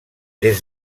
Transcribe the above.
des